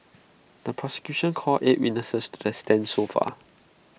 the prosecution called eight witnesses to that's stand so far